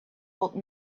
old